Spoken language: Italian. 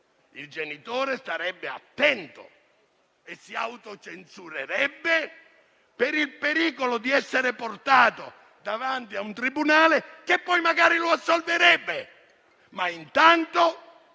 il genitore starebbe attento e si autocensurerebbe per il pericolo di essere portato davanti a un tribunale (che poi - ripeto - magari lo assolverebbe) e incorrere